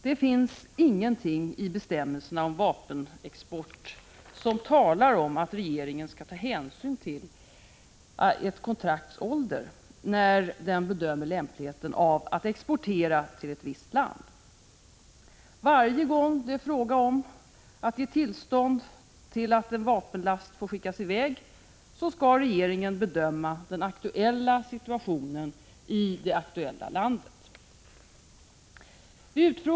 Det finns ingenting i bestämmelserna om vapenexport som talar om att regeringen skall ta hänsyn till ett kontrakts ålder när den bedömer lämpligheten av att exportera till ett visst land. Varje gång det är fråga om att ge tillstånd till att en vapenlast får skickas i väg skall regeringen bedöma den aktuella situationen i det aktuella landet. Vid utfrågningen i utskottet Granskning av statsråju sköta administrationen, så att människorna kommer till Sverige — kunna täcka hela behovet för flyktingar som spontant vill komma hit?